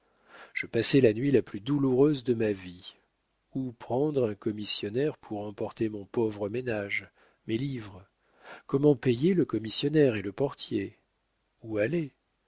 je passai la nuit la plus douloureuse de ma vie où prendre un commissionnaire pour emporter mon pauvre ménage mes livres comment payer le commissionnaire et le portier où aller